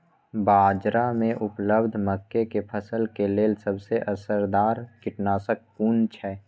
बाज़ार में उपलब्ध मके के फसल के लेल सबसे असरदार कीटनाशक कुन छै?